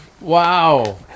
Wow